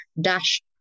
dash